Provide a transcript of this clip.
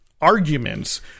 arguments